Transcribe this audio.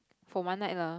for one night lah